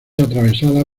atravesada